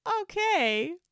okay